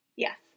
Yes